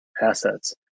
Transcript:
assets